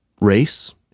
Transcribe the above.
race